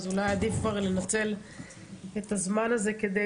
אז אולי עדיף כבר לנצל את הזמן הזה כדי